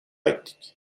ettik